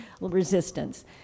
resistance